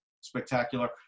spectacular